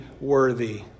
worthy